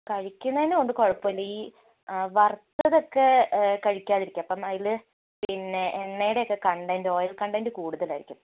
കഴിക്കുന്നേന് കൊണ്ട് കുഴപ്പം ഇല്ല ഈ ആ വറുത്തത് ഒക്കെ കഴിക്കാതിരിക്കുക അപ്പം അതിൽ പിന്നെ എണ്ണയുടെ ഒക്കെ കണ്ടൻറ്റ് ഓയിൽ കണ്ടൻറ്റ് കൂടുതൽ ആയിരിക്കും